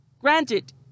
Granted